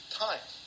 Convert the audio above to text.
time